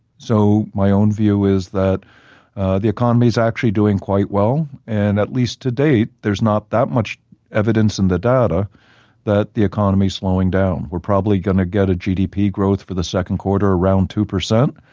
so my own view is that the economy is actually doing quite well and, at least to date, there's not that much evidence in the data that the economy is slowing down. we're probably going to get a gdp growth for the second quarter, around two percent.